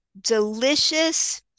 Delicious